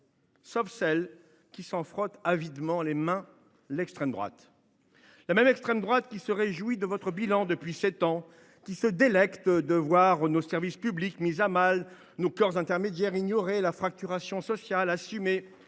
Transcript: sauf celle qui s’en frotte avidement les mains : l’extrême droite, cette extrême droite qui se réjouit de votre bilan depuis sept ans, qui se délecte de voir nos services publics mis à mal, nos corps intermédiaires ignorés, la fracturation sociale assumée,